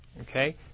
okay